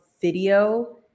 video